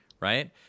right